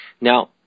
Now